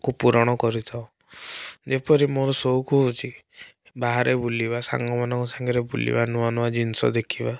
କୁ ପୂରଣ କରିଥାଉ ଯେପରି ମୋର ସଉକ ହଉଛି ବାହାରେ ବୁଲିବା ସାଙ୍ଗମାନଙ୍କ ସାଙ୍ଗରେ ବୁଲିବା ନୂଆ ନୂଆ ଜିନିଷ ଦେଖିବା